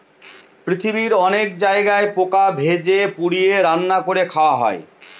পৃথিবীর অনেক জায়গায় পোকা ভেজে, পুড়িয়ে, রান্না করে খাওয়া হয়